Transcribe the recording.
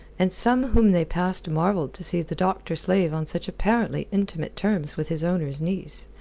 and some whom they passed marvelled to see the doctor-slave on such apparently intimate terms with his owner's niece.